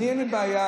אין לי בעיה,